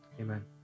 amen